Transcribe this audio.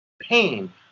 pain